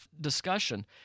discussion